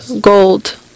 gold